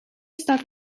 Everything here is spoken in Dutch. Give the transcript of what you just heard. staat